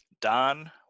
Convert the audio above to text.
don